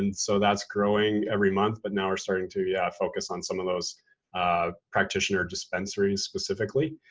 and so that's growing every month. but now we're starting to, yeah, focus on some of those ah practitioner dispensaries specifically.